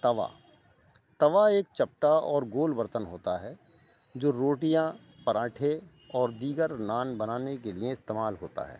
توا توا ایک چپٹا اور گول برتن ہوتا ہے جو روٹیاں پراٹھے اور دیگر نان بنانے کے لئے استعمال ہوتا ہے